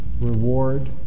reward